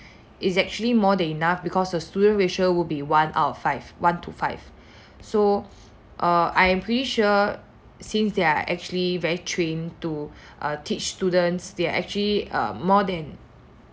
is actually more than enough because the student ratio will be one out of five one to five so err I am pretty sure since they are actually very trained to uh teach students there are actually err more than